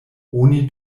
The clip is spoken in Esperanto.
oni